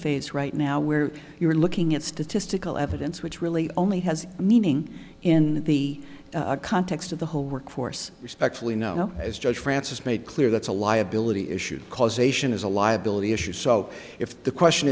phase right now where you're looking at statistical evidence which really only has meaning in the context of the whole workforce respectfully know as judge francis made clear that's a liability issue causation is a liability issue so if the question